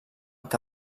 que